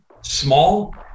small